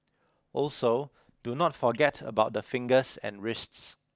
also do not forget about the fingers and wrists